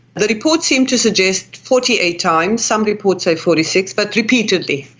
the reports seemed to suggest forty eight times, some reports say forty six, but repeatedly.